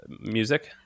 music